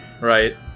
Right